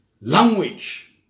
language